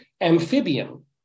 amphibian